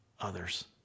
others